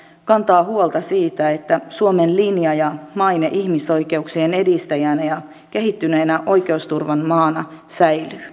kantaa huolta siitä että suomen linja ja maine ihmisoikeuksien edistäjänä ja kehittyneenä oikeusturvan maana säilyy